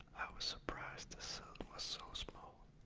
was surprised the cell was so small.